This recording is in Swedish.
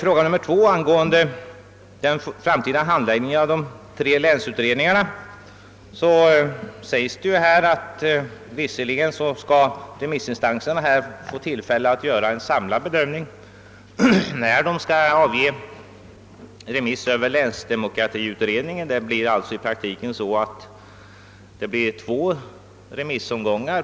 Beträffande min andra fråga, om den framtida handläggningen av de tre länsutredningarna, uttalas det att remissinstanserna skall få tillfälle att göra en samlad bedömning i samband med remissbehandlingen av länsdemokratiutredningen. I vissa fall blir det alltså i praktiken två remissomgångar.